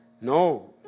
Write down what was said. No